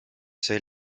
see